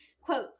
Quote